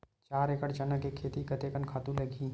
चार एकड़ चना के खेती कतेकन खातु लगही?